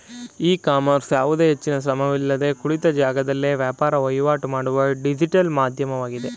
E commerce ಯಾವುದೇ ಹೆಚ್ಚಿನ ಶ್ರಮವಿಲ್ಲದೆ ಕುಳಿತ ಜಾಗದಲ್ಲೇ ವ್ಯಾಪಾರ ವಹಿವಾಟು ಮಾಡುವ ಡಿಜಿಟಲ್ ಮಾಧ್ಯಮವಾಗಿದೆ